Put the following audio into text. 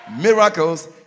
miracles